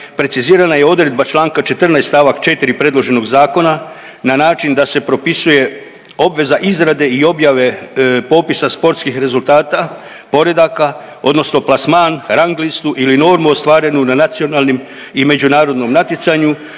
precizirana je odredba Članka 14. stavak 4. predloženog zakona na način da se propisuje obveza izrade i objave popisa sportskih rezultata, poredaka odnosno plasman, rang listu ili normu ostvarenu na nacionalnim i međunarodnom natjecanju